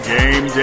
Game